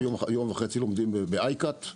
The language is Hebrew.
ויום וחצי לומדים באיי-קאט,